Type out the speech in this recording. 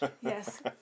yes